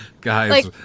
guys